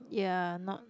ya not